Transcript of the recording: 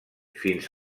fins